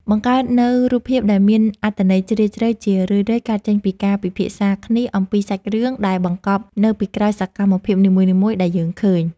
បង្កើតនូវរូបភាពដែលមានអត្ថន័យជ្រាលជ្រៅជារឿយៗកើតចេញពីការពិភាក្សាគ្នាអំពីសាច់រឿងដែលបង្កប់នៅពីក្រោយសកម្មភាពនីមួយៗដែលយើងឃើញ។